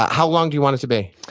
how long do you want it to be?